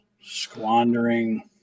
squandering